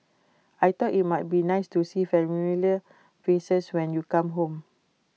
I thought IT might be nice to see familiar faces when you come home